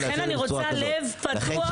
לכן אני רוצה לב פתוח ונפש חפצה.